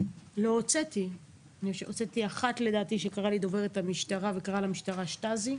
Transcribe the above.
לדעתי הוצאת אחת שקראה לי דוברת המשטרה וקראה למשטרה שטזי,